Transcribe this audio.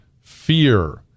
fear